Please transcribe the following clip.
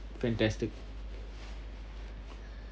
fantastic